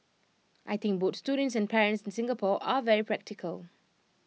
I think both students and parents in Singapore are very practical